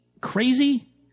crazy